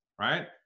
right